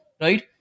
right